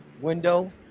window